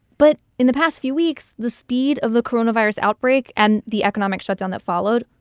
but in the past few weeks, the speed of the coronavirus outbreak and the economic shutdown that followed,